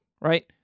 right